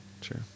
Sure